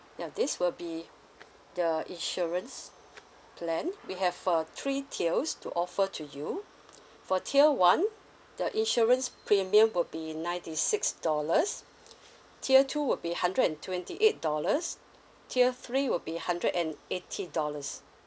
ya this will be the insurance plan we have uh three tiers to offer to you for tier one the insurance premium will be ninety six dollars tier two will be hundred and twenty eight dollars tier three will be hundred and eighty dollars